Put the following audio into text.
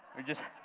or just